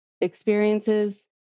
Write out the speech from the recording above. experiences